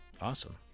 Awesome